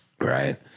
right